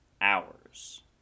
hours